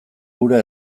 ura